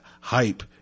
hype